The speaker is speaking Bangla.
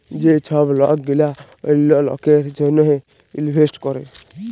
যে ছব লক গিলা অল্য লকের জ্যনহে ইলভেস্ট ক্যরে